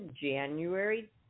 January